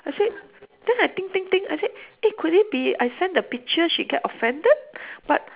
I said then I think think think I said eh could it be I send the picture she get offended but